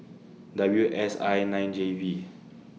W S I nine J V